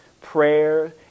prayer